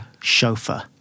Chauffeur